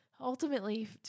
ultimately